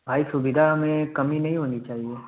भाई सुविधा में कमी नहीं होनी चाहि